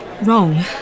wrong